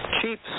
cheap